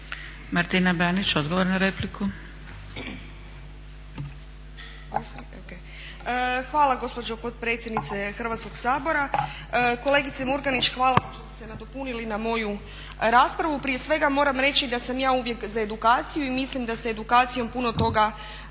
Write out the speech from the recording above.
**Banić, Martina (HDZ)** Hvala gospođo potpredsjednice Hrvatskog sabora. Kolegice Murganić, hvala vam što ste se nadopunili na moju raspravu. Prije svega moram reći da sam ja uvijek za edukaciju i mislim da se edukacijom puno toga može